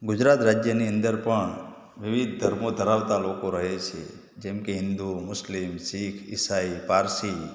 ગુજરાત રાજ્યની અંદર પણ વિવિધ ધર્મો ધરાવતાં લોકો રહે છે જેમ કે હિન્દુ મુસ્લિમ શીખ ઇસાઇ પારસી